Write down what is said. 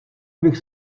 bych